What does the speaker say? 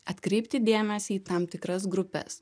atkreipti dėmesį į tam tikras grupes